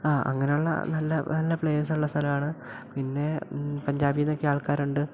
ആ അങ്ങനെയുള്ള നല്ല നല്ല പ്ലെയേഴ്സ് ഉള്ള സ്ഥലാണ് പിന്നെ പഞ്ചാബിൽനിന്നൊക്കെ ആൾക്കാരുണ്ട്